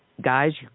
Guys